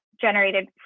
generated